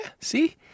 See